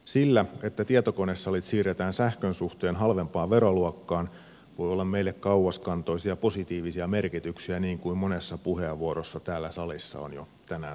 sillä että tietokonesalit siirretään sähkön suhteen halvempaan veroluokkaan voi olla meille kauaskantoisia positiivisia merkityksiä niin kuin monessa puheenvuorossa täällä salissa on jo tänään todettu